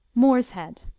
moor's head.